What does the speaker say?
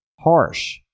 harsh